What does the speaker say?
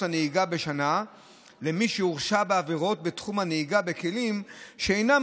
הנהיגה בשנה למי שהורשע בעבירות בתחום הנהיגה בכלים שאינם